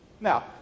Now